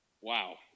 Wow